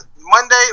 Monday